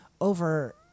over